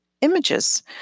images